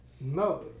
No